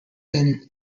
than